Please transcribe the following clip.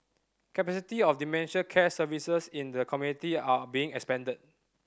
capacity of dementia care services in the community are being expanded